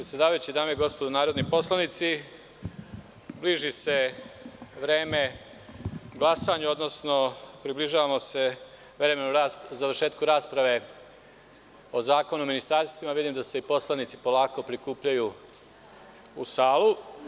Dame i gospodo narodni poslanici, bliži se vreme glasanja, odnosno približava se vreme završetka rasprave o Zakonu o ministarstvima i vidim da se poslanici polako prikupljaju u salu.